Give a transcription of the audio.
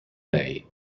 lei